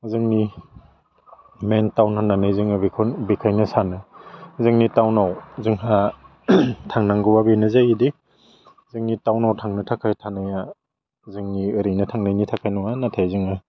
जोंनि main town होननानै जोङो बेखन बेखायनो सानो जोंनि टाउनाव जोंहा थांनांगौआ बेनो जायोदि जोंनि टाउनाव थांनो थाखाय थांनाया जोंनि ओरैनो थांनायनि थाखाय नङा नाथाय जोङो